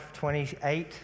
28